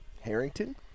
Harrington